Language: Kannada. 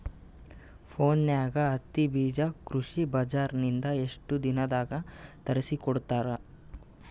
ಫೋನ್ಯಾಗ ಹತ್ತಿ ಬೀಜಾ ಕೃಷಿ ಬಜಾರ ನಿಂದ ಎಷ್ಟ ದಿನದಾಗ ತರಸಿಕೋಡತಾರ?